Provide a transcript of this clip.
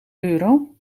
euro